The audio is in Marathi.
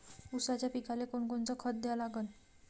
ऊसाच्या पिकाले कोनकोनचं खत द्या लागन?